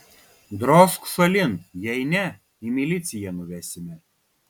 drožk šalin jei ne į miliciją nuvesime